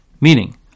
Meaning